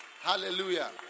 Hallelujah